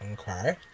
okay